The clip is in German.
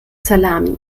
salami